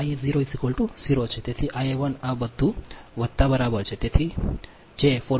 તેથી Ia1 આ બધુ વત્તા બરાબર છે તેથી જે 4